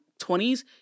20s